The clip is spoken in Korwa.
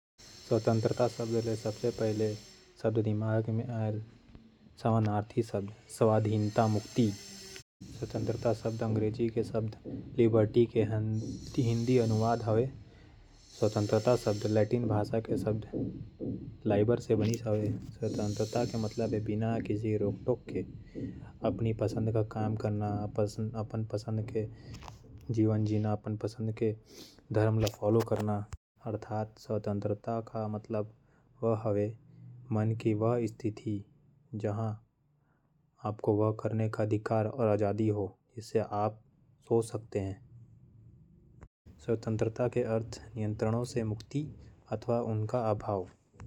स्वतंत्रता शब्द के अर्थ हावय बिना कोनो दबाव के काम करे के शर्त या शक्ति। अइसन हे कि लोगन मनके करम म कोनों रोक नइ हे। अंग्रेजी म स्वतंत्रता ल लिबर्टी केहे जाथे। आजादी के जरूरत के बात करें त स्वतंत्रता वो साधन हावय जेकर। ले नवा विचार, रचनात्मक कला, नवा उत्पादन। जीवन के गुणवत्ता अउ विकास के बढि़या रद्दा विकसित होवत हावयं। वर्तमान म ए मेहनत ले अर्जित आजादी के सेती कई। राष्ट्र प्रगति के अपन सर्वोच्च शिखर म हावयं।